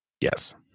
Yes